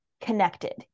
connected